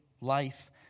life